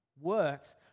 works